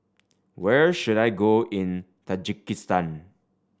where should I go in Tajikistan